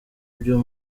byo